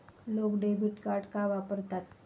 लोक debit card का वापरतात?